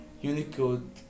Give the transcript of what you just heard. Unicode